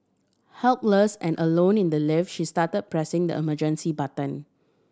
helpless and alone in the lift she start pressing the emergency button